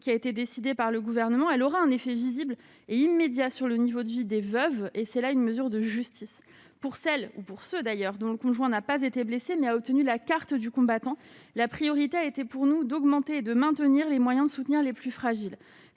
qui a été décidée par le gouvernement, elle aura un effet visible et immédiat sur le niveau de vie des veuves et c'est là une mesure de justice pour celle ou pour ce d'ailleurs dont le conjoint n'a pas été blessée mais a obtenu la carte du combattant, la priorité a été pour nous d'augmenter, de maintenir les moyens de soutenir les plus fragiles,